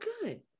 good